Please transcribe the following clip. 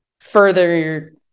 further